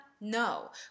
No